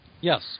Yes